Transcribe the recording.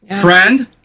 Friend